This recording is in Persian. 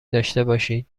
داشتهباشید